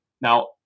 Now